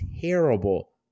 terrible